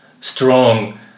strong